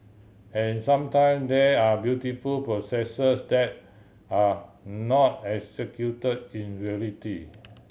and sometime there are beautiful processes that are not execute in reality